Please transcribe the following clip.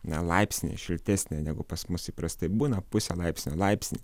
na laipsnį šiltesnė negu pas mus įprastai būna pusę laipsnio laipsnį